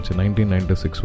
1996